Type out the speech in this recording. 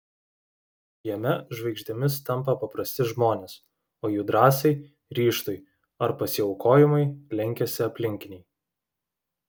jame žvaigždėmis tampa paprasti žmonės o jų drąsai ryžtui ar pasiaukojimui lenkiasi aplinkiniai